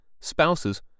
spouses